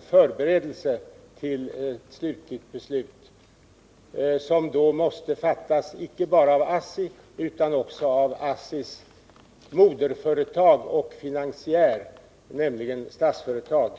förberedelserna för ett slutligt beslut, som måste fattas icke bara av ASSI utan också av ASSI:s moderföretag och finansiär, Statsföretag.